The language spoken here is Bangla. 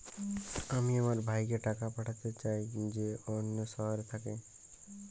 আমি আমার ভাইকে টাকা পাঠাতে চাই যে অন্য শহরে থাকে